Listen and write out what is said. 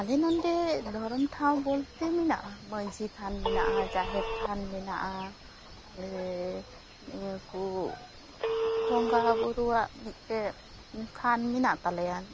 ᱟᱞᱮ ᱱᱚᱰᱮ ᱫᱷᱚᱨᱚᱢ ᱴᱷᱟᱶ ᱵᱚᱞᱛᱮ ᱢᱮᱱᱟᱜᱼᱟ ᱢᱟᱹᱡᱷᱤ ᱛᱷᱟᱱ ᱢᱮᱱᱟᱜᱼᱟ ᱟᱨ ᱡᱟᱦᱮᱨ ᱛᱷᱟᱱ ᱢᱮᱱᱟᱜᱼᱟ ᱤᱭᱟᱹᱠᱩ ᱵᱚᱸᱜᱟ ᱵᱳᱨᱳᱣᱟᱜ ᱢᱤᱫᱴᱮᱡ ᱛᱷᱟᱱ ᱢᱮᱱᱟᱜ ᱛᱟᱞᱮᱭᱟ